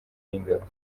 y’ingabo